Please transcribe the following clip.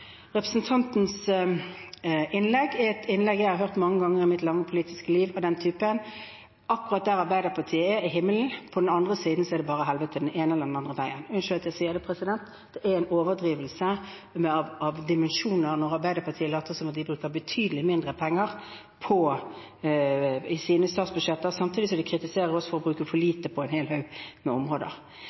Representantens innlegg er et innlegg av den typen jeg har hørt mange ganger i mitt lange politiske liv. Akkurat der Arbeiderpartiet er, er himmelen – på den andre siden er det bare helvete den ene eller den andre veien, unnskyld at jeg sier det, president. Det er en overdrivelse av dimensjoner når Arbeiderpartiet later som de bruker betydelig mindre penger i sine statsbudsjetter, samtidig som de kritiserer oss for å bruke for lite på en hel haug med områder.